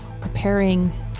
preparing